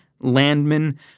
Landman